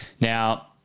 Now